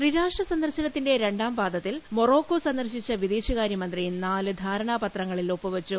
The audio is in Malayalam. ത്രിരാഷ്ട്രസന്ദർശനത്തിന്റെ രണ്ടാം പാദത്തിൽ മൊറോക്കോ സന്ദർശിച്ച വിദേശകാര്യമന്ത്രി നാല് ധാരണ പത്രങ്ങളിൽ ഒപ്പു വെച്ചു